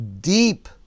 deep